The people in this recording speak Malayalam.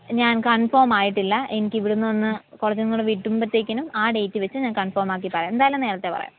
ഞാൻ കൺഫേം ആയിട്ടില്ല എനിക്ക് ഇവിടെ നിന്ന് ഒന്ന് കോളേജിൽ നിന്ന് വിടുമ്പോഴത്തേക്കിനും ആ ഡേറ്റ് വെച്ച് ഞാൻ കൺഫേം ആക്കി പറയാം എന്തായാലും നേരത്തെ പറയാം